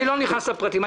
אני לא נכנס לפרטים.